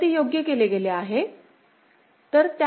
तर ते योग्य केले गेले आहे